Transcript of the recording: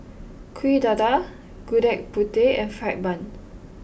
Kuih Dadar Gudeg Putih and Fried Bun